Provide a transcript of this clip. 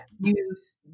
use